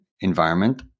environment